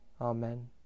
Amen